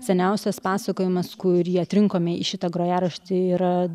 seniausias pasakojimas kurį atrinkome į šitą grojaraštį yra